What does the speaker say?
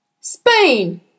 Spain